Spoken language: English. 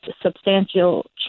substantial